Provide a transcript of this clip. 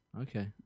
Okay